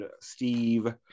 Steve